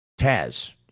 Taz